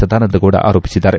ಸದಾನಂದಗೌಡ ಆರೋಪಿಸಿದ್ದಾರೆ